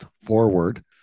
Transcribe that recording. forward